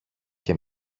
και